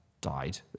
died